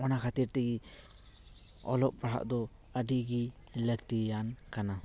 ᱚᱱᱟ ᱠᱷᱟᱹᱛᱤᱨ ᱛᱮᱜᱮ ᱚᱞᱚᱜ ᱯᱟᱲᱦᱟᱣ ᱫᱚ ᱟᱹᱰᱤ ᱜᱮ ᱞᱟᱹᱠᱛᱤᱭᱟᱱ ᱠᱟᱱᱟ